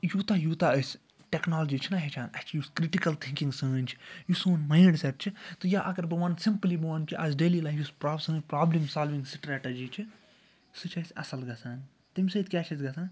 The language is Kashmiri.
یوٗتاہ یوٗتاہ أسۍ ٹیٚکنالجی چھِنہ ہیٚچھان اسہِ یُس کرٛٹِکل تھِنکِنٛگ سٲنۍ چھِ یُس سون ماینڈ سٮ۪ٹ چھُ تہٕ یا اگر بہٕ وَنہٕ سمپلی بہٕ وَنہٕ کہِ اَسہِ ڈیلی لایِف یُس پرٛا سٲنۍ پرٛابلم سالوِنٛگ سٹرٛیٹجی چھِ سُہ چھِ اَسہِ اصٕل گَژھان تَمہِ سۭتۍ کیٛاہ چھِ اَسہِ گَژھان